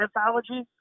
Anthology